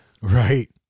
Right